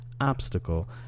obstacle